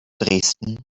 dresden